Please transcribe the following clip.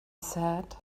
said